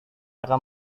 akan